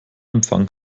empfang